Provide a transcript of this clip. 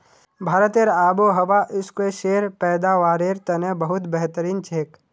भारतेर आबोहवा स्क्वैशेर पैदावारेर तने बहुत बेहतरीन छेक